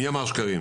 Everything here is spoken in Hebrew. מי אמר שקרים?